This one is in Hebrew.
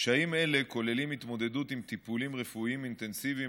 קשיים אלה כוללים התמודדות עם טיפולים רפואיים אינטנסיביים,